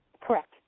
Correct